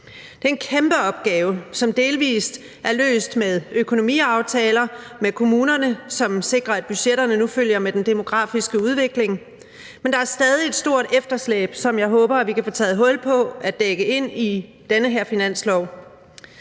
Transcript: Det er en kæmpeopgave, som delvis er løst med økonomiaftaler med kommunerne, som sikrer, at budgetterne nu følger med den demografiske udvikling, men der er stadig et stort efterslæb, som jeg håber vi kan få taget hul på at dække ind med den her finanslov.